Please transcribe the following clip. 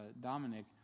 Dominic